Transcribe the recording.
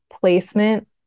placement